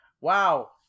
Wow